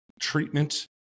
treatment